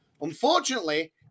Unfortunately